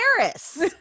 Paris